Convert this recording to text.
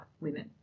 women